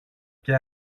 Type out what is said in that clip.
και